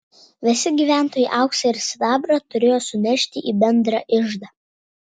visi gyventojai auksą ir sidabrą turėjo sunešti į bendrą iždą